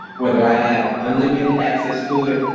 whether i have unlimited access to it,